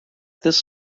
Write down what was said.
this